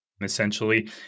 essentially